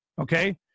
Okay